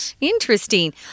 Interesting